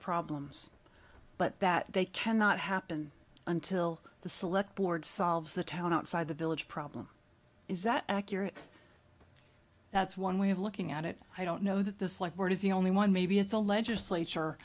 problems but that they cannot happen until the select board solves the town outside the village problem is that accurate that's one way of looking at it i don't know that this like word is the only one maybe it's a legislature